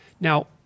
Now